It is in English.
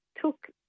took